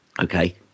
Okay